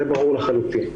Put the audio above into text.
זה ברור לחלוטין.